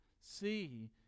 see